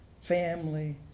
family